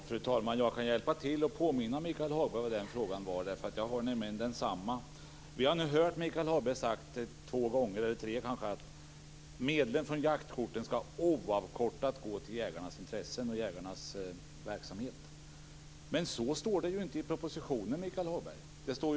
Fru talman! Jag kan hjälpa till och påminna Michael Hagberg om den frågan. Jag har samma fråga. Vi har hört Michael Hagberg säga två tre gånger att medlen från jaktkorten oavkortat ska gå till jägarnas verksamhet. Men så står det inte i propositionen, Michael Hagberg.